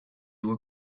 were